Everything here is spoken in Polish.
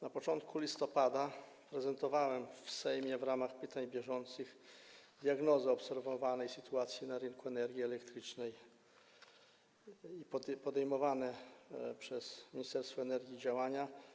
Na początku listopada prezentowałem w Sejmie w ramach pytań bieżących diagnozę obserwowanej sytuacji na rynku energii elektrycznej i podejmowane przez Ministerstwo Energii działania.